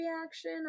reaction